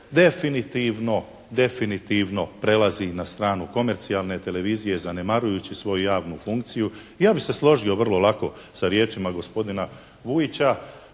televizije definitivno prelazi na stranu komercijalne televizije, zanemarujući svoju javnu funkciju. I ja bi se složio vrlo lako sa riječima gospodina Vujića,